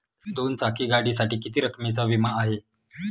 दोन चाकी गाडीसाठी किती रकमेचा विमा आहे?